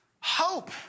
hope